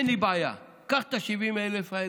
אין לי בעיה: קח את 70,000 האלה,